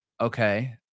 Okay